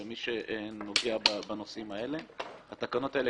ומי שנוגע בנושאים האלה - התקנות האלה,